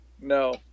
No